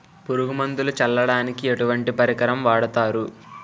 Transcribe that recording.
పురుగు మందులు చల్లడానికి ఎటువంటి పరికరం వాడతారు?